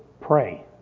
pray